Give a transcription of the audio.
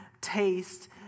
taste